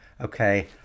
Okay